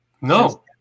No